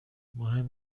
مهم